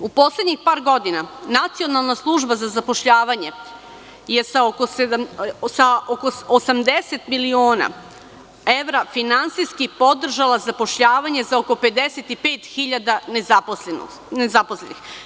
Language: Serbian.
U poslednjih par godina Nacionalna služba za zapošljavanje je sa oko 80 miliona evra finansijski podržala zapošljavanje za oko 55.000 nezaposlenih.